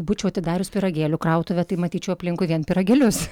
būčiau atidarius pyragėlių krautuvę tai matyčiau aplinkui vien pyragėlius